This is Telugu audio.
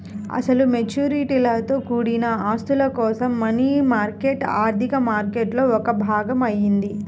అసలు మెచ్యూరిటీలతో కూడిన ఆస్తుల కోసం మనీ మార్కెట్ ఆర్థిక మార్కెట్లో ఒక భాగం అయింది